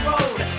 Road